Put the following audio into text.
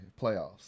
playoffs